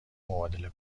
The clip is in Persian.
مبادله